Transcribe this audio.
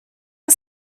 are